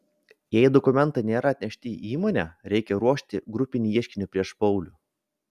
jei dokumentai nėra atnešti į įmonę reikia ruošti grupinį ieškinį prieš paulių